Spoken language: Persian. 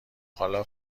حالا